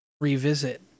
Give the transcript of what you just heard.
revisit